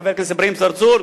חבר הכנסת אברהים צרצור,